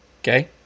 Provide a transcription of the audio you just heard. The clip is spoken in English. Okay